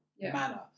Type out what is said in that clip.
manner